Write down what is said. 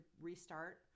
restart